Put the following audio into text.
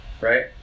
Right